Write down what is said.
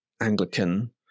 Anglican